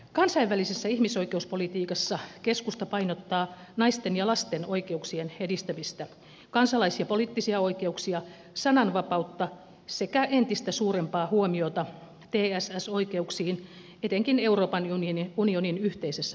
kansainvälisessä ihmisoikeuspolitiikassa keskusta painottaa naisten ja lasten oikeuksien edistämistä kansalais ja poliittisia oikeuksia sananvapautta sekä entistä suurempaa huomiota tss oikeuksiin etenkin euroopan unionin yhteisessä politiikassa